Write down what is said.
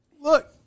Look